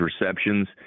receptions